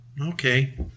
okay